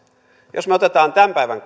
jos me otamme tämän päivän